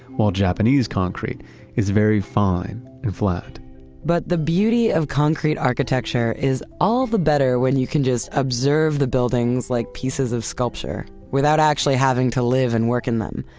while japanese concrete is very fine flat but the beauty of concrete architecture is all the better when you can just observe the buildings, like pieces of sculpture, without actually having to live and work in them.